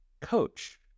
coach